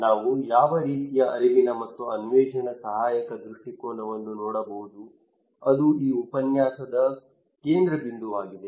ನಾವು ಯಾವ ರೀತಿಯ ಅರಿವಿನ ಮತ್ತು ಅನ್ವೇಷಣ ಸಹಾಯಕ ದೃಷ್ಟಿಕೋನವನ್ನು ನೋಡಬಹುದು ಅದು ಈ ಉಪನ್ಯಾಸದ ಕೇಂದ್ರಬಿಂದುವಾಗಿದೆ